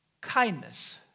Kindness